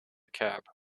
cab